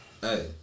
Hey